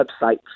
websites